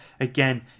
again